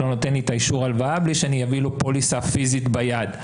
לא נותן לי את אישור ההלוואה בלי שאני אביא לו פוליסה פיזית ביד.